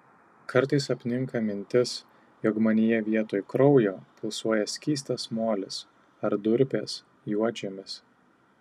kartais apninka mintis jog manyje vietoj kraujo pulsuoja skystas molis ar durpės juodžemis